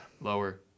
Lower